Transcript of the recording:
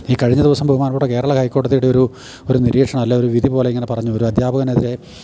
ഈ കഴിഞ്ഞ ദിവസം ബഹുമാനപ്പെട്ട കേരള ഹൈക്കോടതിയുടെ ഒരു ഒരു നിരീഷണം അല്ലെ ഒരു വിധി പോലെ ഇങ്ങനെ പറഞ്ഞു ഒരു അധ്യാപകനെതിരെ